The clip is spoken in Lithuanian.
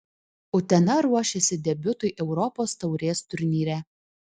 utena ruošiasi debiutui europos taurės turnyre